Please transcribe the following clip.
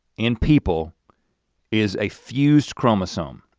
in people is a fused chromosome.